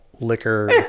liquor